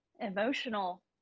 emotional